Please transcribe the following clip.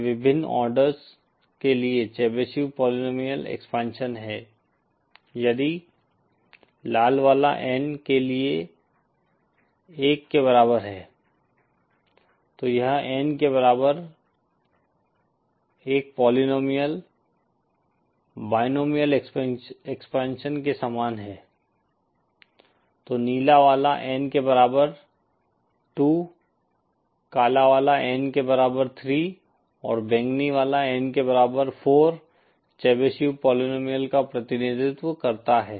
ये विभिन्न ऑर्डर्स के लिए चेबीशेव पोलीनोमिअल एक्सपेंशन हैं यदि लाल वाला N के लिए एक के बराबर है तो यह N के बराबर 1 पोलीनोमिअल बायनोमिअल एक्सपेंशन के समान है तो नीला वाला N के बराबर 2 काला वाला N के बराबर 3 और बैंगनी वाला N के बराबर 4 चेबीशेव पोलीनोमिअल का प्रतिनिधित्व करता है